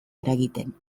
eragiten